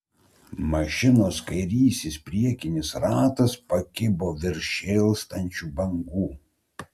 mašinos kairysis priekinis ratas pakibo virš šėlstančių bangų